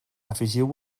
afegiu